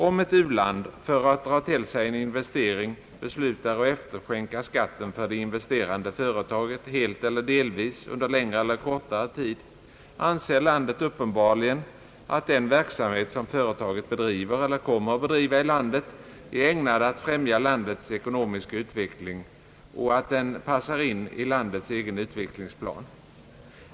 Om ett u-land för att dra till sig en investering beslutar att efterskänka skatten för det investerande företaget helt eller delvis under längre eller kortare tid, anser landet uppenbarligen att den verksamhet som företaget bedriver eller kommer att bedriva i landet är ägnad att främja landets ekonomiska utveckling och att den passar in i landets egen utvecklingsplan.